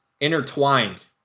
intertwined